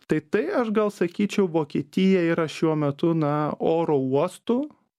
tai tai aš gal sakyčiau vokietija yra šiuo metu na oro uostu